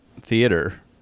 theater